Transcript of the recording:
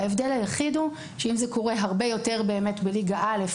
ההבדל היחיד הוא שאם זה קורה הרבה יותר באמת בליגה א',